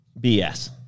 BS